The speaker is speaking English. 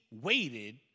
waited